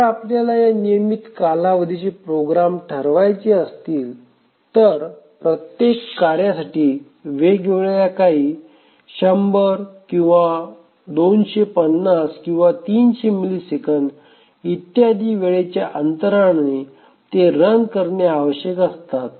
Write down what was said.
जर आपल्याला या नियमित कालावधीचे प्रोग्राम ठरवायचे असतील तर प्रत्येक कार्यासाठी वेगवेगळ्या काही 100 किंवा 250 किंवा 300 मिलिसेकंद इत्यादी वेळेच्या अंतराने ते रन करणे आवश्यक असतात